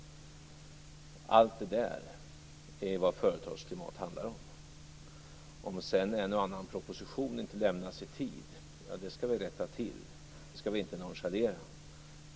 Allt detta är vad företagsklimat handlar om. Om sedan en och annan proposition inte lämnas i tid skall vi rätta till det. Det skall vi inte nonchalera.